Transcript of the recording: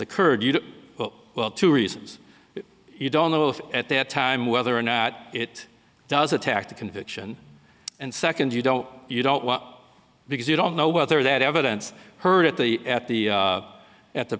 occurred you well two reasons you don't know if at that time whether or not it does attack the conviction and second you don't you don't well because you don't know whether that evidence heard at the at the at the